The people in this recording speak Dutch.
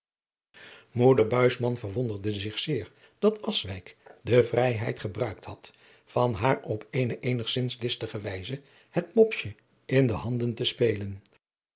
buisman verwonderde zich zeer dat akswijk de vrijheid gebruikt had van haar op eene eenigzins listige wijze het mopsje in de handen te spelen